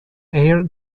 air